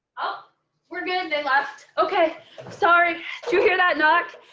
ah we're good. they left okay sorry to hear that. knock.